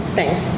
Thanks